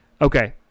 Okay